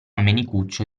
menicuccio